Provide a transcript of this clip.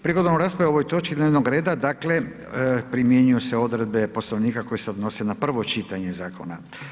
Prigodom rasprave o ovoj točki dnevnog reda, dakle, primjenjuju se odredbe Poslovnika koje se odnose na prvo čitanje zakona.